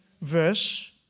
Verse